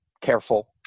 careful